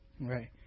Right